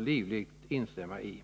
livligt understryka dem.